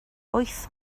wyth